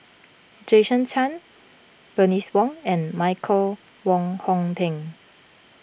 Jason Chan Bernice Wong and Michael Wong Hong Teng